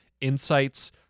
insights